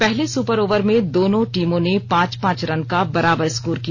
पहले super over में दोनों टीमों ने पांच पांच रन का बराबर स्कोर किया